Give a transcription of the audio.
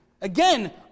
again